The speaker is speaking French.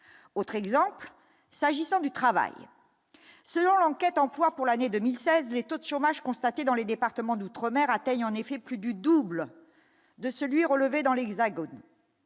autre exemple, s'agissant du travail, selon l'enquête emploi pour l'année 2016 les taux chômage constatée dans les départements d'outre-mer, a-t-elle en effet plus du double de celui relevé dans l'Hexagone,